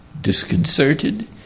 disconcerted